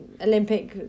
Olympic